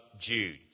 Jude